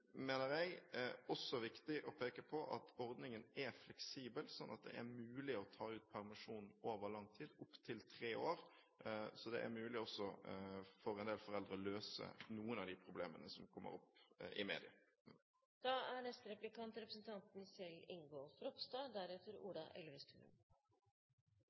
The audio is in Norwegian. også viktig, mener jeg, å peke på at ordningen er fleksibel; det er mulig å ta ut permisjon over lang tid – opptil tre år. Så det er også mulig for en del foreldre å løse noen av de problemene som kommer opp i